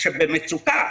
שבמצוקה,